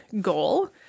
goal